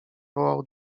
wołał